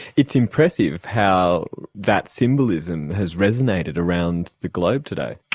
it's impressive how that symbolism has resonated around the globe today.